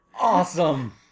Awesome